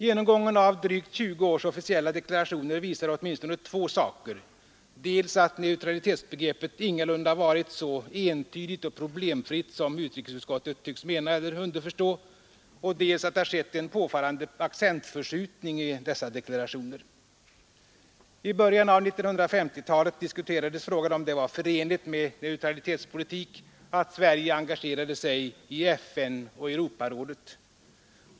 Genomgången av drygt 20 års officiella deklarationer visar åtminstone två saker: dels att neutralitetsbegreppet ingalunda varit så entydigt och problemfritt som utrikesutskottet tycks mena eller underförstå, dels att det skett en påfallande accentförskjutning i dessa deklarationer. I början av 1950-talet diskuterades frågan om det var förenligt med neutralitetspolitik att Sverige engagerade sig i FN och Europarådet.